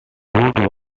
woods